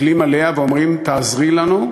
מסתכלים עליה ואומרים, תעזרי לנו,